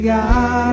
God